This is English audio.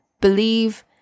believe